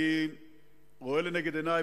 אני רואה לנגד עיני,